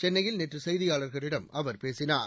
சென்னையில் நேற்று செய்தியாளர்களிடம் அவர் பேசினார்